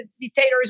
dictators